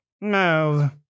No